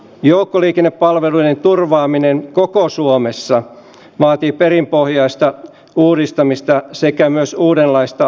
joukkoliikennepalveluiden turvaaminen koko suomessa vaatii perinpohjaista uudistamista sekä myös uudenlaista ajattelutapaa